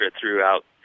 throughout